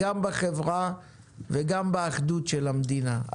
גם בחברה וגם באחדות של המדינה.